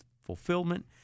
fulfillment